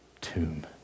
tomb